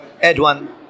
Edwin